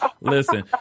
Listen